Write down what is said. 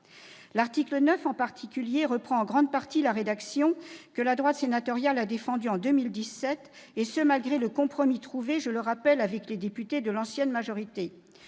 particulier, son article 9 reprend en grande partie la rédaction que la droite sénatoriale a défendue en 2017, et ce malgré le compromis trouvé, je le rappelle, avec les députés de l'ancienne majorité,